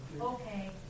Okay